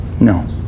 no